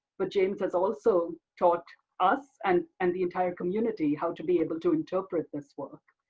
but james has also taught us and and the entire community how to be able to interpret this work.